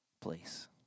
place